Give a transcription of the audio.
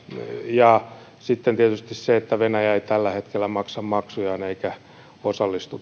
ja sitten tietysti se että venäjä ei tällä hetkellä maksa maksujaan eikä osallistu